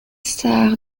star